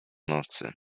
nocy